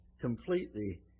completely